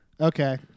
okay